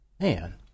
man